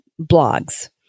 blogs